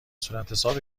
صورتحساب